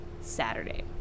Saturday